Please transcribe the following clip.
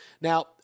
Now